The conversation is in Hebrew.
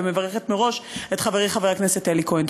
ומברכת מראש את חברי חבר הכנסת אלי כהן.